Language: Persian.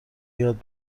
یاد